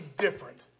different